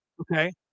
Okay